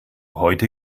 heute